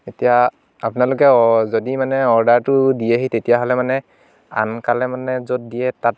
এতিয়া আপোনালোকে যদি মানে অৰ্দাৰটো দিয়েহি তেতিয়াহ'লে মানে আনকালে মানে য'ত দিয়ে তাত